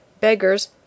beggars